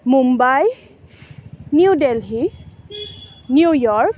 Mumbai New Delhi New York